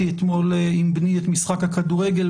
ולהדגיש לא רק את הצורך הכללי בכבודם של משרתי הציבור,